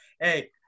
hey